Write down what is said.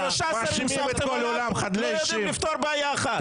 שלושה שרים ביחד לא יודעים לפתור בעיה אחת.